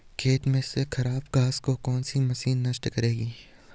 खेत में से खराब घास को कौन सी मशीन नष्ट करेगी?